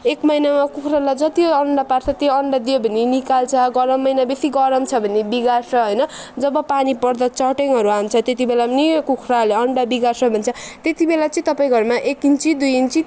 एक महिनामा कुखुराले जति अन्डा पार्छ त्यो अन्डा दियो भने निकाल्छ गरम महिना बेसी गरम छ भने बिगार्छ होइन जब पानी पर्दा चट्याङहरू हान्छ त्यति बेला न्यू कुखुराहरूले अन्डा बिगार्छ भन्छ त्यति बेला चाहिँ तपाईँ घरमा एक इन्ची दुई इन्ची